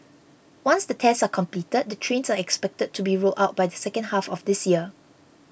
once the tests are completed the trains are expected to be rolled out by the second half of this year